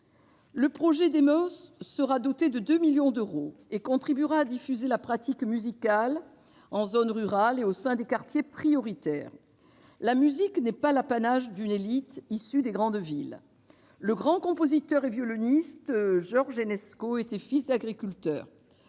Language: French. Le projet Démos sera doté de 2 millions d'euros et contribuera à diffuser la pratique musicale en zone rurale et au sein des quartiers prioritaires. La musique n'est pas l'apanage d'une élite issue des grandes villes. Le grand compositeur et violoniste George Enesco était fils d'agriculteur.